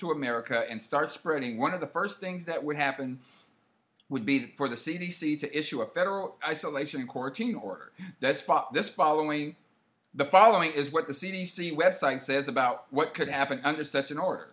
to america and starts spreading one of the first things that would happen would be for the c d c to issue a federal isolation and quarantine order that spot this following the following is what the c d c web site says about what could happen under such an order